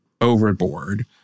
overboard